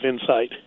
insight